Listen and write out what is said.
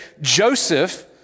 Joseph